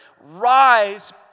rise